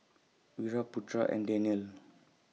Wira Putra and Danial